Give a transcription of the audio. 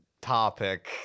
topic